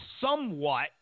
somewhat